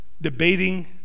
Debating